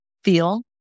feel